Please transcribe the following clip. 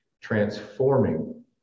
transforming